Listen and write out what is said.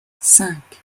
cinq